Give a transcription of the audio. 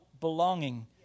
belonging